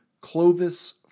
Clovis